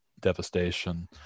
devastation